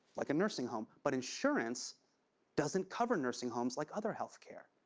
like a nursing home, but insurance doesn't cover nursing homes, like other health care.